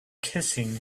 kissing